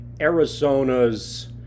Arizona's